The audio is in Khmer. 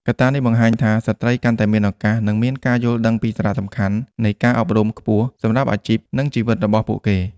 កត្តានេះបង្ហាញថា ស្ត្រីកាន់តែមានឱកាសនិងមានការយល់ដឹងពីសារៈសំខាន់នៃការអប់រំខ្ពស់សម្រាប់អាជីពនិងជីវិតរបស់ពួកគេ។